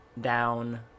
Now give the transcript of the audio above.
down